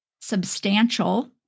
substantial